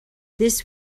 this